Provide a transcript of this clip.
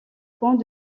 points